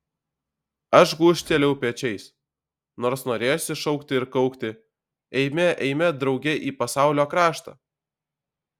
aš gūžtelėjau pečiais nors norėjosi šaukti ir kaukti eime eime drauge į pasaulio kraštą